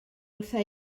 wrtha